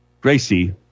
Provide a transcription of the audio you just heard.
Gracie